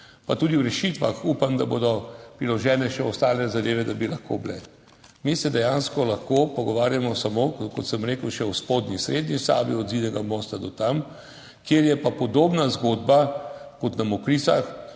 Pa tudi v rešitvah upam, da bodo priložene še ostale zadeve, da bi lahko bile. Mi se dejansko lahko pogovarjamo samo, kot sem rekel, še o spodnji srednji Savi od Zidanega Mosta do tam, kjer je pa podobna zgodba kot na Mokricah,